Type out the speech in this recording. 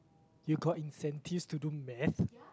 you got incentives to do math